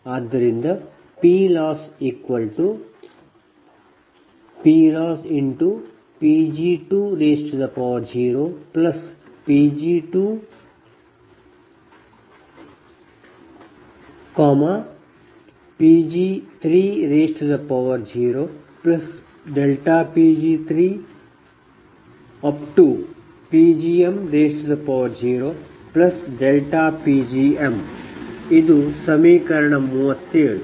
ಆದ್ದರಿಂದ PLossP LossPg20Pg2Pg30Pg3Pgm0Pgm ಇದು ಸಮೀಕರಣ 37